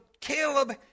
Caleb